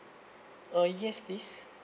uh yes please